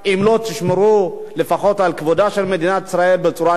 תשמרו לפחות על כבודה של מדינת ישראל בצורה נאותה.